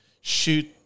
shoot